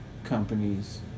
Companies